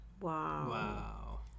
Wow